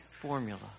formula